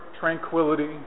tranquility